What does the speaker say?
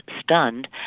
stunned